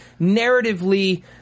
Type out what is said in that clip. narratively